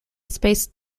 space